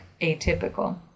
atypical